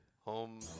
Home